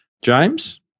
James